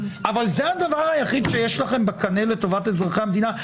אבל זה הדבר היחיד שיש לכם בקנה לטובת אזרחי המדינה?